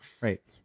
Right